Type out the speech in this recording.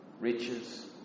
riches